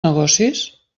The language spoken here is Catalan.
negocis